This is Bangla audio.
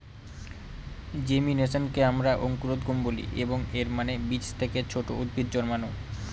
জেমিনেশনকে আমরা অঙ্কুরোদ্গম বলি, এবং এর মানে বীজ থেকে ছোট উদ্ভিদ জন্মানো